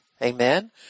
Amen